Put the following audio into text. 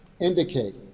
indicate